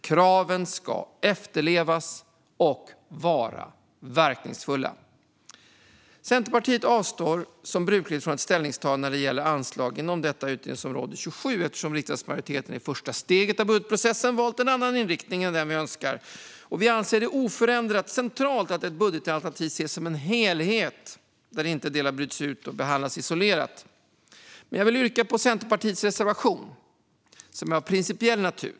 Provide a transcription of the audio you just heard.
Kraven ska efterlevas och vara verkningsfulla. Centerpartiet avstår, som brukligt, från ett ställningstagande när det gäller anslag inom utgiftsområde 27 eftersom riksdagsmajoriteten i första steget av budgetprocessen valt en annan inriktning än den vi önskar. Vi anser att det är oförändrat centralt att ett budgetalternativ ses som en helhet där inte delar bryts ut och behandlas isolerat. Men jag vill yrka bifall till Centerpartiets reservation, som är av principiell natur.